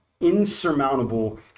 insurmountable